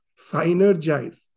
synergize